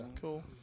Cool